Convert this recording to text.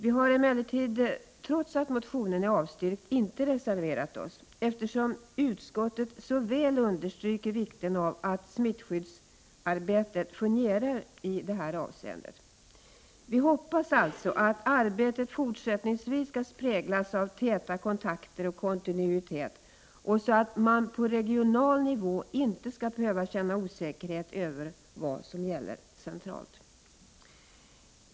Vi har emellertid, trots att motionen är avstyrkt, inte reserverat oss, eftersom utskottet så väl understryker vikten av att smittskyddsarbetet fungerar i det här avseendet. Vi hoppas alltså att arbetet fortsättningsvis skall präglas av täta kontakter och kontinuitet, så att man på regional nivå inte skall behöva känna osäkerhet om vad som gäller centralt.